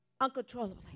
Uncontrollably